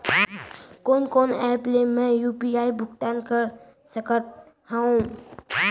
कोन कोन एप ले मैं यू.पी.आई भुगतान कर सकत हओं?